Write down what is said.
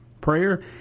prayer